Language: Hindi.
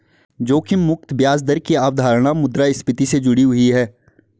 जोखिम मुक्त ब्याज दर की अवधारणा मुद्रास्फति से जुड़ी हुई है